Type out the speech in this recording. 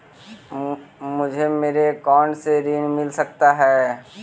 मुझे मेरे अकाउंट से ऋण मिल सकता है?